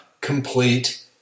complete